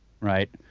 right